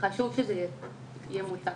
חשוב שזה יהיה מוצג,